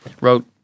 wrote